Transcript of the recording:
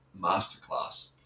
masterclass